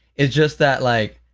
it's just that, like,